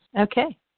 Okay